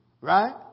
right